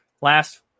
Last